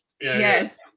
yes